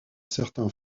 certains